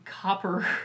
copper